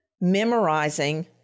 memorizing